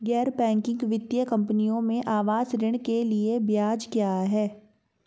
गैर बैंकिंग वित्तीय कंपनियों में आवास ऋण के लिए ब्याज क्या है?